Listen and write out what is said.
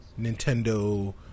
Nintendo